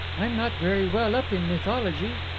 i'm not very well up in mythology.